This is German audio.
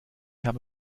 habe